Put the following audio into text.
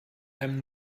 einem